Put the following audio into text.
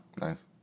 Nice